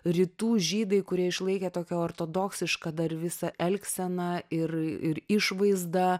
rytų žydai kurie išlaikė tokią ortodoksišką dar visą elgseną ir ir išvaizdą